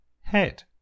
head